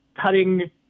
cutting